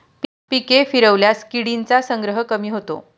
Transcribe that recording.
पिके फिरवल्यास किडींचा संग्रह कमी होतो